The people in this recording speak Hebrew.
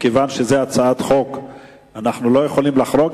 מכיוון שזו הצעת חוק אנחנו לא יכולים לחרוג,